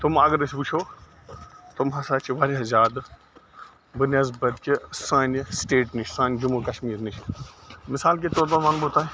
تِم اَگر أسۍ وُچھو تِم ہَسا چھِ وارِیاہ زیادٕ بَہ نسبَت کہِ سانہِ سِٹیٹ نِش سانہِ جموں کشمیٖر نِش مِثال کے طور پر وَنہٕ بہٕ تۄہہِ